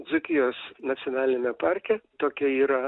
dzūkijos nacionaliniame parke tokia yra